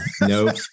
no